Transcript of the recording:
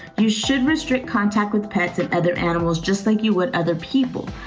you should restrict contact with pets and other animals just like you would other people.